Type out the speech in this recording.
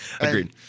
Agreed